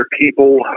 people